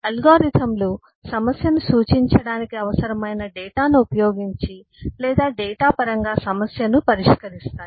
అల్గోరిథంలు సమస్యను సూచించడానికి అవసరమైన డేటాను ఉపయోగించి లేదా డేటా పరంగా సమస్యను పరిష్కరిస్తాయి